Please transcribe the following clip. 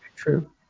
true